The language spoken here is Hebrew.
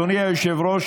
אדוני היושב-ראש,